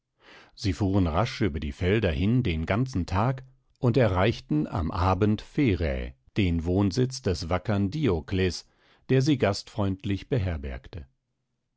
sie fuhren rasch über die felder hin den ganzen tag und erreichten am abend pherä den wohnsitz des wackern diokles der sie gastfreundlich beherbergte